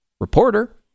reporter